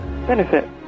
benefit